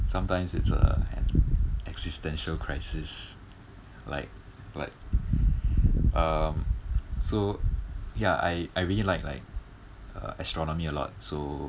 sometimes it's a an existential crisis like like um so ya I I really like like uh astronomy a lot so